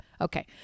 Okay